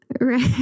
right